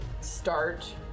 start